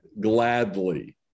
gladly